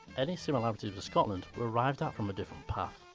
any similarities with scotland were arrived at from a different path.